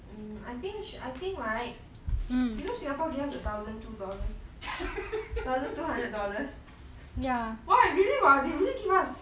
um I think should I think right you know singapore gives us a thousand two dollars a thousand two hundred dollars what really what they really give us